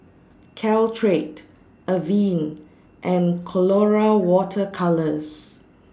Caltrate Avene and Colora Water Colours